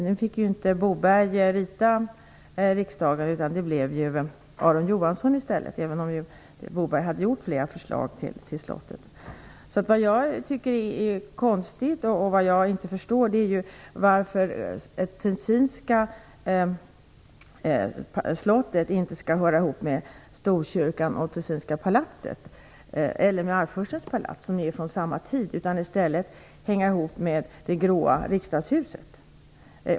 Nu fick inte Boberg rita Riksdagshuset, utan det blev Aron Johansson i stället, även om Boberg hade gjort flera förslag. Det jag tycker är konstigt och inte förstår är varför det Tessinska Slottet inte skall höra ihop med Storkyrkan och Tessinska palatset eller med arvfurstens palats, som ju är från samma tid, utan i stället hänga ihop med det grå Riksdagshuset.